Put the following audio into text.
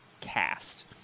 cast